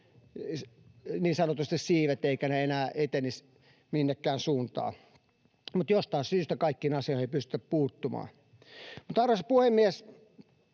niin sanotusti siivet eivätkä ne enää etenisi minnekään suuntaan, mutta jostain syystä kaikkiin asioihin ei pystytä puuttumaan. Arvoisa puhemies!